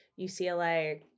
ucla